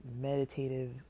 meditative